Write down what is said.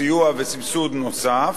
סיוע וסבסוד נוסף,